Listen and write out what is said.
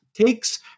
takes